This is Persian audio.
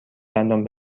دندان